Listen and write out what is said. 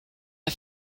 are